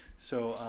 so,